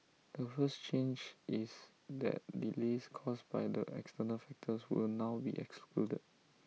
the first change is that delays caused by the external factors will now be excluded